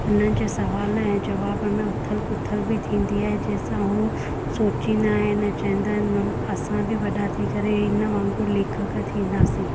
उन्हनि जे सुवाल ऐं जवाब में उथल पुथल बि थींदी आहे जंहिं सां हू सोचींदा आहिनि चवंदा आहिनि असां बि वॾा थी करे इन वांगुरु लेखक थींदासीं